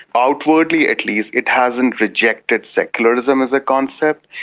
outwardly at least it hasn't rejected secularism as a concept.